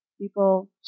People